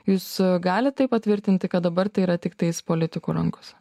jūs galit tai patvirtinti kad dabar tai yra tiktais politikų rankose